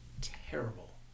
Terrible